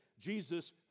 Jesus